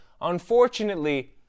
unfortunately